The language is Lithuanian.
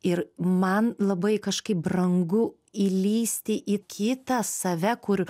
ir man labai kažkaip brangu įlįsti į kitą save kur